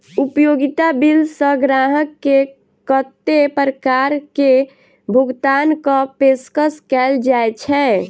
उपयोगिता बिल सऽ ग्राहक केँ कत्ते प्रकार केँ भुगतान कऽ पेशकश कैल जाय छै?